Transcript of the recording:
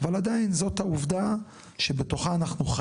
אבל עדיין זו העובדה שבתוכה אנחנו עדיין